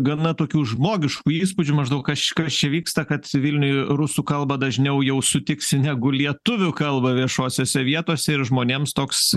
gana tokių žmogiškų įspūdžių maždaug kas kas čia vyksta kad vilniuj rusų kalbą dažniau jau sutiksi negu lietuvių kalbą viešosiose vietose ir žmonėms toks